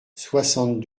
soixante